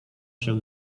się